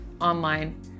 online